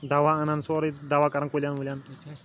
دوا اَنان سورُے دوا کَران کُلٮ۪ن وُلٮ۪ن